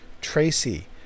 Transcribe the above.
Tracy